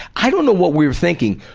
i don't know what we were thinking,